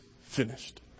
finished